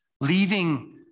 leaving